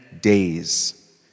days